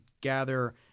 gather